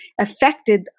affected